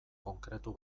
konkretu